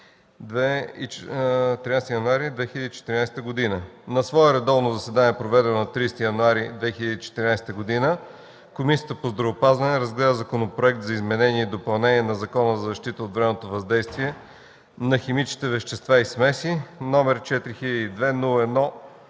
13 януари 2014 г. На свое редовно заседание, проведено на 30 януари 2014 г., Комисията по здравеопазване разгледа законопроект за изменение и допълнение на Закона за защита от вредното въздействие на химичните вещества и смеси, № 402-01-5,